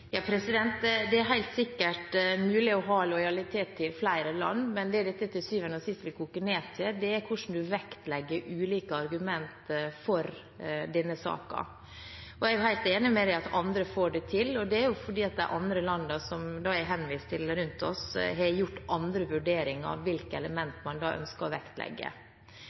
Det er helt sikkert mulig å ha lojalitet til flere land, men det dette til syvende og sist vil koke ned til, er hvordan en vektlegger ulike argumenter i denne saken. Jeg er helt enig i at andre får det til, og de er jo fordi de andre landene rundt oss, som det er henvist til, har gjort andre vurderinger av hvilke elementer man ønsker å vektlegge.